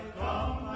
come